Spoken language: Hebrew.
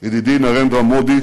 ידידי נרנדרה מודי